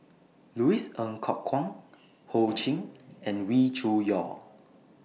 Louis Ng Kok Kwang Ho Ching and Wee Cho Yaw